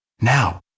Now